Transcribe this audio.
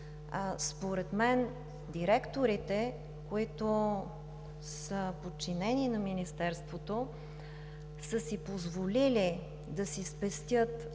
според мен, директорите, които са подчинени на Министерството, са си позволили да си спестят